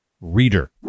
reader